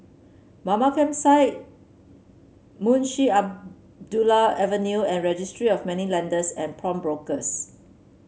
Mamam Campsite Munshi Abdullah Avenue and Registry of Moneylenders and Pawnbrokers